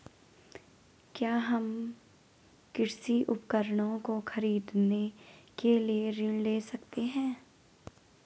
क्या हम कृषि उपकरणों को खरीदने के लिए ऋण ले सकते हैं?